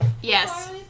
Yes